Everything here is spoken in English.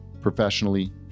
professionally